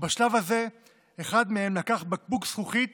ובשלב הזה אחד מהם לקח בקבוק זכוכית